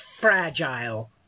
fragile